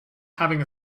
having